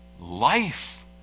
life